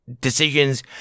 decisions